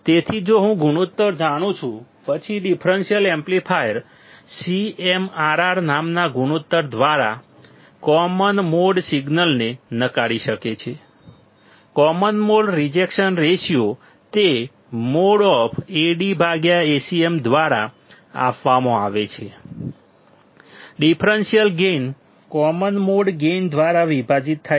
તેથી જો હું ગુણોત્તર જાણું છું પછી ડિફરન્સીયલ એમ્પ્લીફાયર CMRR નામના ગુણોત્તર દ્વારા કોમન મોડ સિગ્નલને નકારી શકે છે કોમન મોડ રિજેક્શન રેશિયો તે |AdAcm| દ્વારા આપવામાં આવે છે differential gain common mode gain દ્વારા વિભાજિત થાય છે